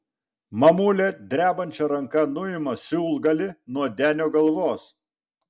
mamulė drebančia ranka nuima siūlgalį nuo denio galvos